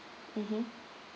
mmhmm